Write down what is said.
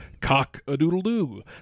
Cock-a-Doodle-Doo